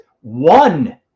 one